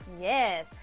yes